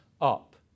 up